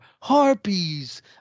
Harpies